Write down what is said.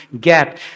get